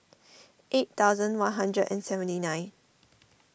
eight thousand one hundred and seventy nine